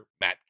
Matt